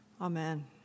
Amen